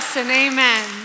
Amen